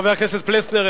חבר הכנסת פלסנר,